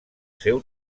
seu